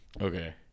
Okay